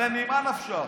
הרי ממה נפשך?